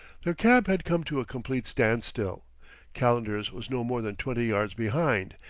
their cab had come to a complete standstill calendar's was no more than twenty yards behind,